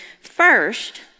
First